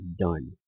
done